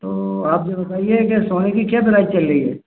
तो आप ये बताइए कि सोने का क्या प्राइस चल रही है